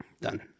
Done